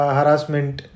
harassment